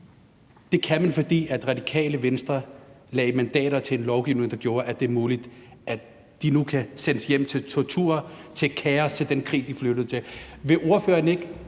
dag, kan man, fordi Radikale Venstre lagde mandater til en lovgivning, der gjorde, at det er muligt, at de nu kan sendes hjem til tortur, til kaos, til den krig, som de flygtede fra.